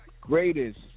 greatest